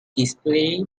display